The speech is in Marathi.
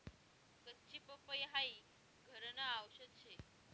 कच्ची पपई हाई घरन आवषद शे